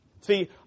See